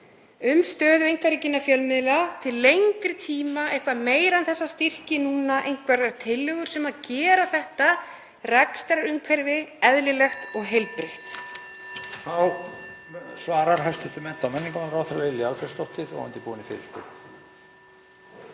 um stöðu einkarekinna fjölmiðla til lengri tíma, eitthvað meira en þessa styrki núna, einhverjar tillögur sem gera þetta rekstrarumhverfi eðlilegt og heilbrigt?